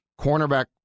Cornerback